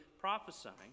prophesying